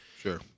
Sure